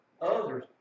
others